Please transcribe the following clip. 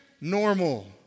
Normal